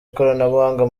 ikoranabuhanga